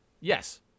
Yes